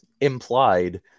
implied